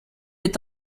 est